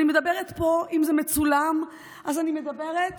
אם זה מצולם, אז אני מדברת